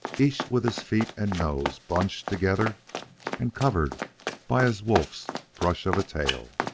each with his feet and nose bunched together and covered by his wolf's brush of a tail.